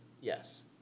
Yes